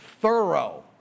thorough